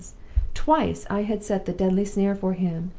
twice i had set the deadly snare for him,